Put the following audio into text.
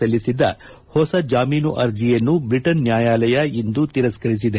ಸಲ್ಲಿಸಿದ್ದ ಹೊಸ ಜಾಮೀನು ಅರ್ಜೆಯನ್ನು ಬ್ರಿಟನ್ ನ್ಯಾಯಾಲಯ ಇಂದು ತಿರಸ್ತರಿಸಿದೆ